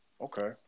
Okay